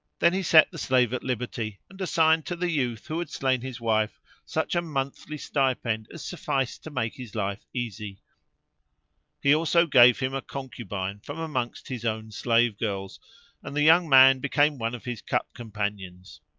then he set the slave at liberty and assigned to the youth who had slain his wife such a monthly stipend as sufficed to make his life easy he also gave him a concubine from amongst his own slave-girls and the young man became one of his cup-companions.